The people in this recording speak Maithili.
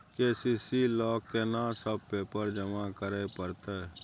के.सी.सी ल केना सब पेपर जमा करै परतै?